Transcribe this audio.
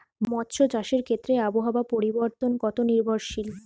মৎস্য চাষের ক্ষেত্রে আবহাওয়া পরিবর্তন কত নির্ভরশীল?